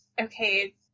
Okay